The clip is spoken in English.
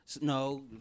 No